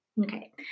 Okay